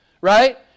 Right